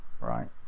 right